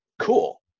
Cool